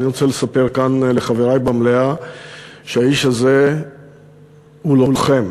אני רוצה לספר כאן לחברי במליאה שהאיש הזה הוא לוחם.